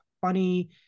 funny